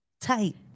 tight